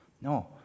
No